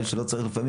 שלפעמים לא צריך,